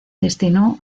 destinó